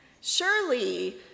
Surely